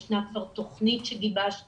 ישנה כבר תכנית שגיבשנו